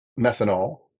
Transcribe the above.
methanol